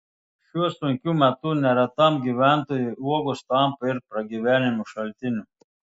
šiuo sunkiu metu neretam gyventojui uogos tampa ir pragyvenimo šaltiniu